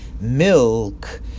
Milk